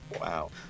Wow